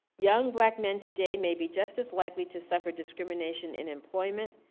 young black men today may be just as likely to suffer discrimination in employment,